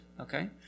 okay